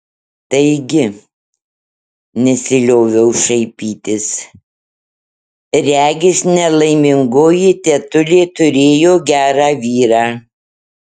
taigi nesilioviau šaipytis regis nelaimingoji tetulė turėjo gerą vyrą